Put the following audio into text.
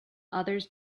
others